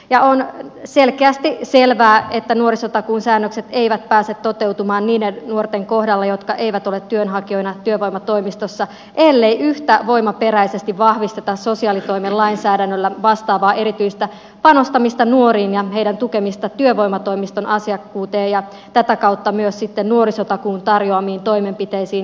on selkeästi selvää että nuorisotakuun säännökset eivät pääse toteutumaan niiden nuorten kohdalla jotka eivät ole työnhakijoina työvoimatoimistossa ellei yhtä voimaperäisesti vahvisteta sosiaalitoimen lainsäädännöllä vastaavaa erityistä panostamista nuoriin ja heidän tukemista työvoimatoimiston asiakkuuteen ja tätä kautta myös sitten nuorisotakuun tarjoamiin toimenpiteisiin ja palveluihin